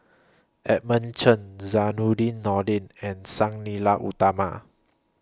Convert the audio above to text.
Edmund Chen Zainudin Nordin and Sang Nila Utama